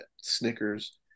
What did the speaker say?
Snickers